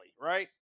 Right